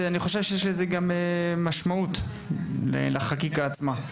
ואני חושב שיש לזה גם משמעות לחקיקה עצמה.